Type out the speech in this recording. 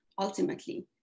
ultimately